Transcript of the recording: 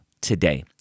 today